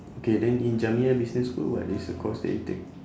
okay then in jamiyah business school what is the course that you take